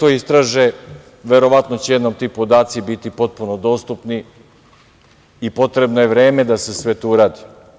Neka to istraže, verovatno će jednom ti podaci biti potpuno dostupni i potrebno je vreme da se sve to uradi.